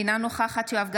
אינה נוכחת יואב גלנט,